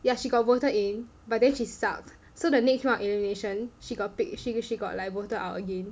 ya she got voted in but then she suck so the next round of elimination she got pick she she got like voted out again